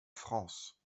france